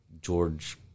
George